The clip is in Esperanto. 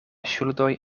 ŝuldoj